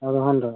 এগারো ঘন্টা